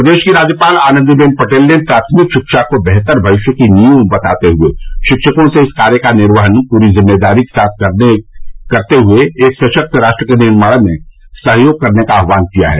प्रदेश की राज्यपाल आनंदीबेन पटेल ने प्राथमिक शिक्षा को बेहतर भविष्य की नींव बताते हुए शिक्षकों से इस कार्य का निर्वहन पूरी जिम्मेदारी के साथ करते हए एक सशक्त राष्ट्र के निर्माण में सहयोग करने का आहवान किया है